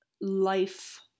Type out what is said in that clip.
life